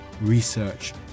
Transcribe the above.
research